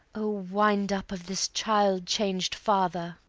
o, wind up of this child-changed father!